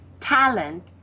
talent